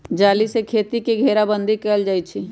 जाली से खेती के घेराबन्दी कएल जाइ छइ